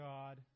God